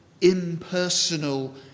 impersonal